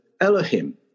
Elohim